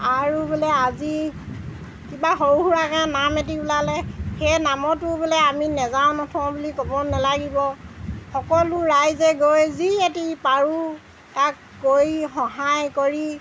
আৰু বোলে আজি কিবা সৰু সুৰাকৈ নাম এটি ওলালে সেই নামতো বোলে আমি নাযাওঁ নথওঁ বুলি ক'ব নালাগিব সকলো ৰাইজে গৈ যি এটি পাৰোঁ তাক কৰি সহায় কৰি